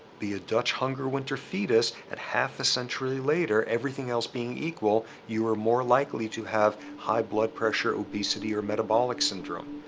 be a dutch hunger winter fetus and half a century later, everything else being equal, you are more likely to have. high blood pressure, obesity or metabolic syndrome.